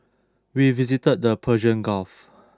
we visited the Persian Gulf